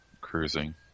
cruising